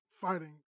fighting